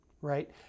Right